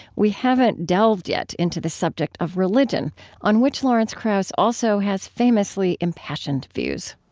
we haven't delved yet into the subject of religion on which lawrence krauss also has famously impassioned views